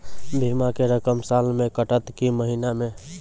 बीमा के रकम साल मे कटत कि महीना मे?